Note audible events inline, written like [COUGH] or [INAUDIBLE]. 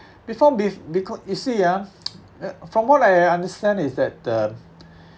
before be~ because you see ah [NOISE] from what I I understand is that um